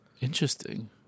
Interesting